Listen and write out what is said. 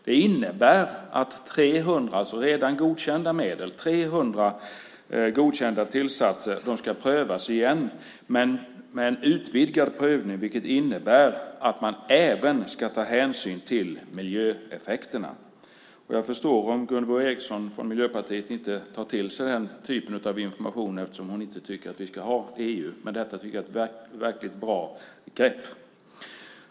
Det innebär att 300 redan godkända tillsatser ska prövas igen vid en utvidgad prövning, vilket innebär att man även ska ta hänsyn till miljöeffekterna. Jag förstår om Gunvor G Ericson från Miljöpartiet inte tar till sig den typen av information eftersom hon inte tycker att vi ska vara med i EU. Men detta tycker jag är ett verkligt bra grepp.